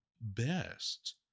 best